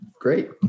Great